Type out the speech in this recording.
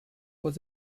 was